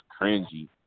cringy